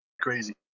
crazy